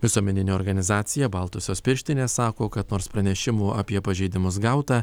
visuomeninė organizacija baltosios pirštinės sako kad nors pranešimų apie pažeidimus gauta